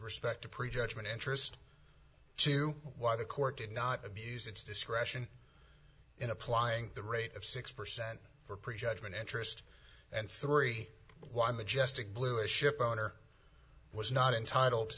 respect to prejudgment interest to why the court did not abuse its discretion in applying the rate of six percent for prejudgment interest and three why majestic blue a ship owner was not entitled